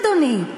אדוני.